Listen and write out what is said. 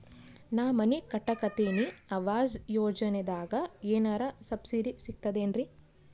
ನಾ ಮನಿ ಕಟಕತಿನಿ ಆವಾಸ್ ಯೋಜನದಾಗ ಏನರ ಸಬ್ಸಿಡಿ ಸಿಗ್ತದೇನ್ರಿ?